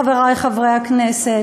חברי חברי הכנסת.